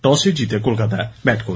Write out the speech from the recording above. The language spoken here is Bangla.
টসে জিতে কলকাতা ব্যাট করছে